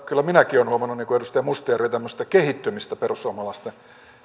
kyllä minäkin olen huomannut niin kuin edustaja mustajärvi tämmöistä kehittymistä perussuomalaisten